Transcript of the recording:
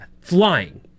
Flying